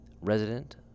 Resident